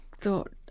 thought